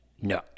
No